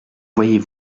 voyez